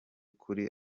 kuri